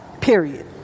period